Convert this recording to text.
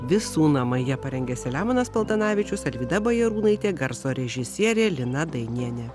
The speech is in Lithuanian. visų namai ją parengė selemonas paltanavičius alvyda bajarūnaitė garso režisierė lina dainienė